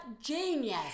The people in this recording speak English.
genius